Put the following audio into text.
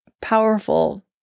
powerful